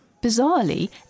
Bizarrely